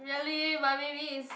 really but maybe is